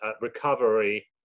recovery